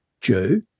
Jew